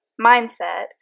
mindset